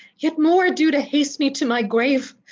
yet more ado to haste me to my grave,